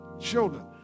children